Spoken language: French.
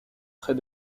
près